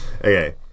Okay